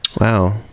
Wow